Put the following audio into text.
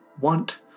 want